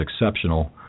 exceptional